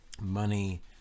money